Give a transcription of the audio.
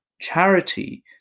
charity